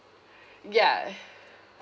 ya